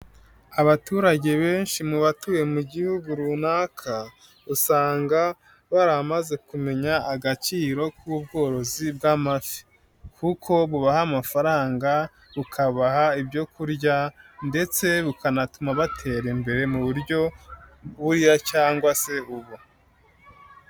Abaturage benshi mu batuye mu gihugu runaka, usanga baramaze kumenya agaciro k'ubworozi bw'amafi, kuko bubaha amafaranga, bukabaha ibyo kurya, ndetse bukanatuma batera imbere mu buryo bwa vuba cyangwa se ubu.